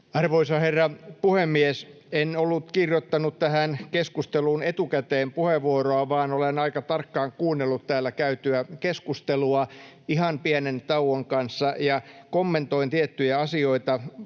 Arvoisa herra puhemies! En ollut kirjoittanut tähän keskusteluun etukäteen puheenvuoroa, vaan olen aika tarkkaan kuunnellut täällä käytyä keskustelua ihan pienen tauon kanssa, ja kommentoin tiettyjä asioita.